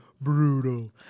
brutal